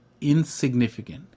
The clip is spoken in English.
insignificant